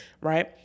right